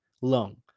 long